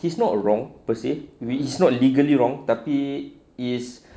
he's not wrong per se which is not legally wrong tapi is